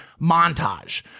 montage